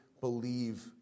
believe